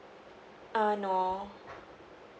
uh no